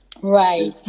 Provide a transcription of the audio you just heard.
right